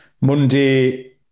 Monday